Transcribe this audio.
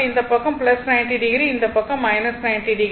இந்த பக்கம் 90o இந்த பக்கம் 90o